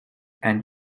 and